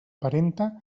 parenta